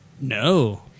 No